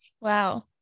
Wow